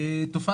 אדוני היושב-ראש,